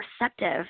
receptive